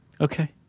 Okay